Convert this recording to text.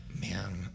Man